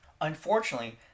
Unfortunately